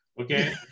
okay